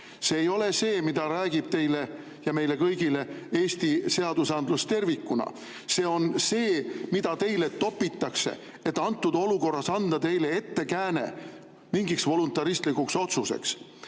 See ei ole see, mida räägib teile ja meile kõigile Eesti seadusandlus tervikuna. See on see, mida teile ette topitakse, et antud olukorras anda teile ettekääne mingiks voluntaristlikuks otsuseks.